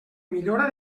millora